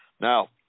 Now